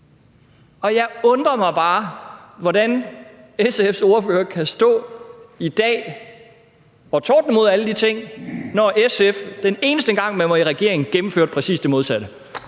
Og jeg undrer mig bare over, hvordan SF's ordfører kan stå i dag og tordne mod alle de ting, når SF, den eneste gang partiet har været i regering, gennemførte præcis det modsatte.